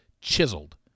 chiseled